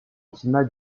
climat